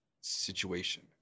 situation